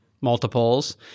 multiples